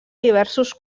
diversos